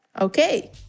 Okay